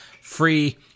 free